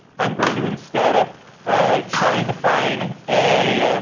i'm going to instead ah ah try and to find a